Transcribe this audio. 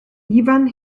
ifan